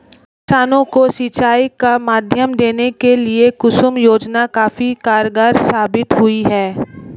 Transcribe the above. किसानों को सिंचाई का माध्यम देने के लिए कुसुम योजना काफी कारगार साबित हुई है